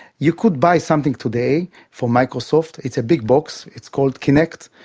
you could buy something today from microsoft. it's a big box, it's called kinect,